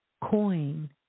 coin